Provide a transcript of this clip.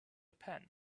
pen